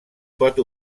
pot